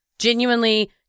genuinely